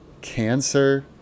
cancer